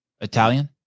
Italian